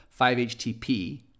5-HTP